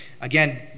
again